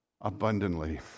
abundantly